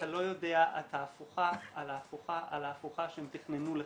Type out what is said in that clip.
אתה לא יודע את ההפוכה על ההפוכה על ההפוכה שהם תכננו לך.